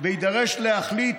ויידרש להחליט